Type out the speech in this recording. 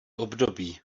období